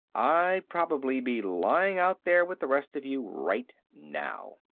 i'd probably be lying out there with the rest of you right now.